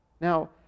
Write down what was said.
Now